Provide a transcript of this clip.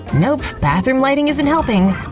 nope, bathroom lighting isn't helping.